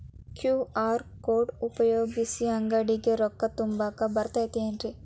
QR code ಉಪಯೋಗಿಸಿ, ಅಂಗಡಿಗೆ ರೊಕ್ಕಾ ತುಂಬಾಕ್ ಬರತೈತೇನ್ರೇ?